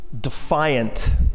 defiant